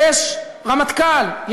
יש רמטכ"ל,